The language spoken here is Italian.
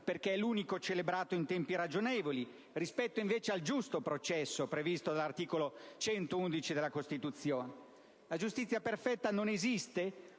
perché è l'unico celebrato in tempi ragionevoli, rispetto invece al giusto processo previsto dall'articolo 111 della Costituzione. La giustizia perfetta non esiste?